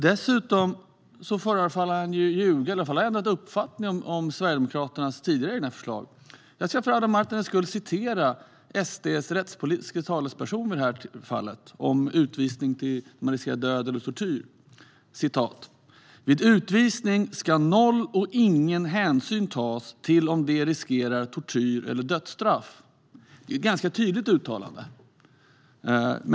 Dessutom förefaller han ju ljuga, eller han har åtminstone ändrat uppfattning om Sverigedemokraternas tidigare förslag. Jag ska för Adam Marttinens skull citera SD:s rättspolitiska talesperson om utvisning när man riskerar död eller tortyr: "Vid utvisning ska noll och ingen hänsyn tas till om de riskerar tortyr eller dödsstraff." Det är ett ganska tydligt uttalande.